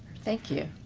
thank you.